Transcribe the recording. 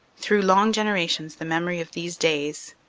through long generations the memory of these days,